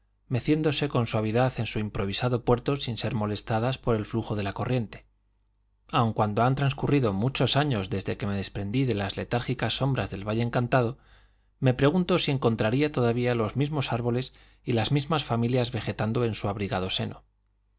meciéndose con suavidad en su improvisado puerto sin ser molestadas por el flujo de la corriente aun cuando han transcurrido muchos años desde que me desprendí de las letárgicas sombras del valle encantado me pregunto si encontraría todavía los mismos árboles y las mismas familias vegetando en su abrigado seno